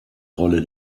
rolle